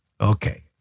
Okay